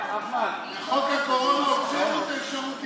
בחוק הקורונה הוצאנו את האפשרות להיכנס,